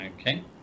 Okay